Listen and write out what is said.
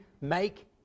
make